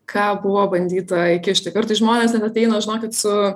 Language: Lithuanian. ką buvo bandyta įkišti kartais žmonės ten ateina žinokit su